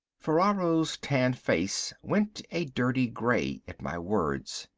ferraro's tanned face went a dirty gray at my words.